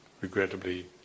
regrettably